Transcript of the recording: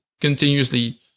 continuously